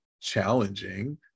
challenging